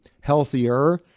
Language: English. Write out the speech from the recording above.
healthier